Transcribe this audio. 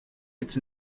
its